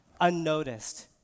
unnoticed